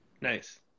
Nice